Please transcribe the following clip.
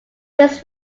this